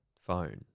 phone